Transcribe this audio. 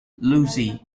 lucy